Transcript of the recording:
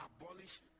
abolish